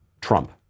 Trump